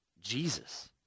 Jesus